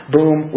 Boom